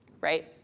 right